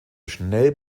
schnell